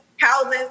houses